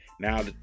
now